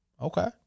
Okay